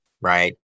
right